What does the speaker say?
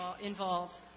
involved